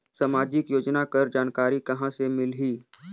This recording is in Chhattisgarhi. समाजिक योजना कर जानकारी कहाँ से मिलही?